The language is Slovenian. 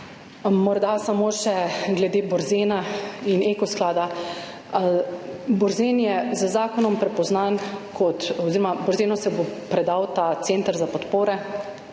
Morda samo še glede Borzena in Eko sklada. Borzen je z zakonom prepoznan oziroma Borzenu se bo predal ta center za podporo,